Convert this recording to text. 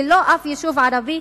ללא אף יישוב ערבי,